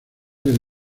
del